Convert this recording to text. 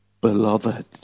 beloved